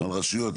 על רשויות,